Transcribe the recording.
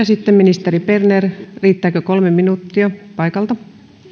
sitten ministeri berner paikalta riittääkö kolme minuuttia